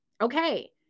Okay